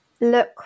look